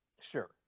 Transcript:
sure